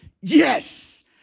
yes